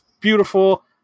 beautiful